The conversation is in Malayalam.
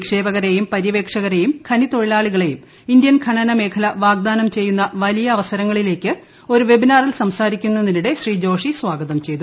നിക്ഷേപകരെയും പര്യവേക്ഷകരെയും ഖനിത്തൊഴിലാളികളെയും ഇന്ത്യൻ ഖനന മേഖല വാഗ്ദാനം ചെയ്യുന്ന വലിയ അവസരങ്ങങ്ങളിലേക്ക് ഒരു വെബിനാറിൽ സംസാരിക്കുന്നതിനിടെ ശ്രീ ജോഷി സ്വാഗതം ചെയ്തു